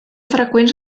freqüents